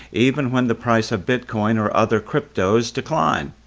even when the price of bitcoin or other cryptos decline.